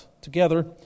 together